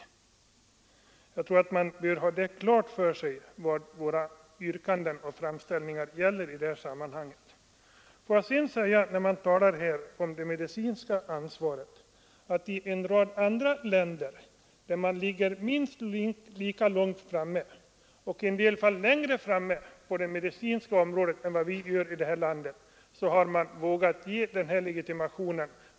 Man måste ha klart för sig vad våra yrkanden och framställningar i detta sammanhang innebär. När det här talas om det medicinska ansvaret vill jag säga att man i en rad andra länder — där man ligger minst lika långt framme och i en del fall längre framme på det medicinska området än vi gör här i landet — har vågat införa legitimation.